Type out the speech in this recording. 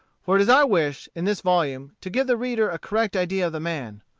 for it is our wish, in this volume, to give the reader a correct idea of the man.